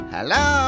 Hello